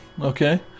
okay